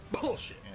bullshit